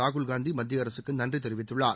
ராகுல்காந்தி மத்திய அரசுக்கு நன்றி தெரிவித்துள்ளார்